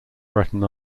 breton